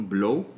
Blow